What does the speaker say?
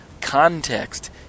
Context